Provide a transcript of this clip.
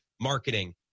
marketing